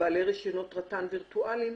בעלי רישיונות רט"ן וירטואליים,